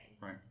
right